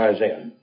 Isaiah